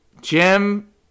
Jim